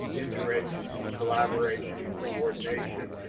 inter-agency collaboration and coordination,